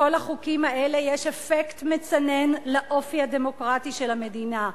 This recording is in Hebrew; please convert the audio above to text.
לכל החוקים האלה יש אפקט מצנן לאופי הדמוקרטי של המדינה.